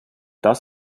das